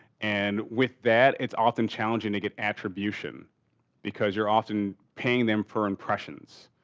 and with that it's often challenging to get attribution because you're often paying them for impressions.